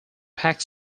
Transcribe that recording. pack